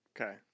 Okay